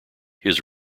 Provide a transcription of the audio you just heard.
his